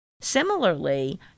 Similarly